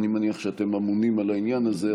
אני מניח שאתם אמונים על העניין הזה,